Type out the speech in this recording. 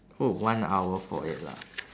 oh one hour for it lah